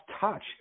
touch